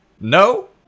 No